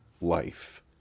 life